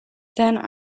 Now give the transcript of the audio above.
then